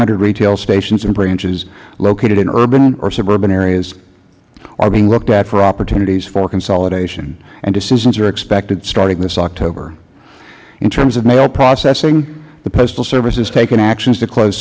hundred retail stations and branches located in urban or suburban areas are looking at for opportunities for consolidation and decisions are expected starting this october in terms of mail processing the postal service has taken actions to close